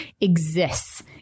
exists